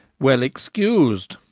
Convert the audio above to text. well excus'd.